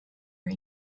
are